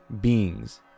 beings